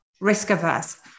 risk-averse